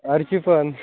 आर्ची पण